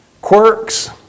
quirks